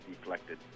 deflected